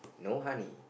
no honey